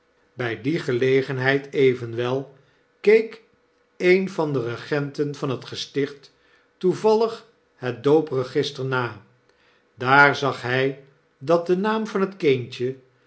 bij die gelegenheid evenwel keek een van de regenten van het gesticht toevallig het doopregister na daar zag hy dat de naam van het kindje